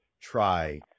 try